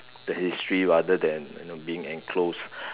the history rather than you know being enclosed